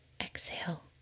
Exhale